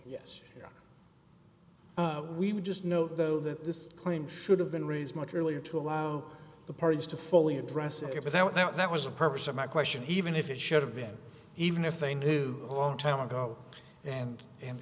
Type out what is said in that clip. yes we would just know though that this claim should have been raised much earlier to allow the parties to fully address it without that that was the purpose of my question even if it should have been even if they knew a long time ago and and